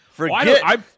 Forget